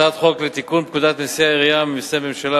הצעת חוק לתיקון פקודת מסי העירייה ומסי הממשלה